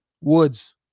Woods